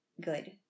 good